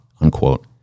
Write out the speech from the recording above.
unquote